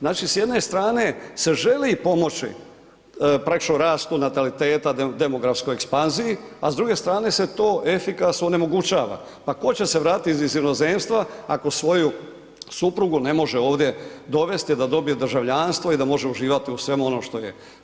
Znači, s jedne strane se želi pomoći … [[Govornik se ne razumije]] rastu nataliteta, demografskoj ekspanziji, a s druge strane se to efikasno onemogućava, pa tko će se vratiti iz inozemstva ako svoju suprugu ne može ovdje dovesti da dobije državljanstvo i da može uživati u svemu onom što je.